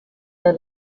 der